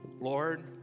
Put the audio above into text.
Lord